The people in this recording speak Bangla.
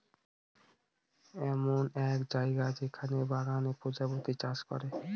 এমন এক জায়গা যেখানে বাগানে প্রজাপতি চাষ করে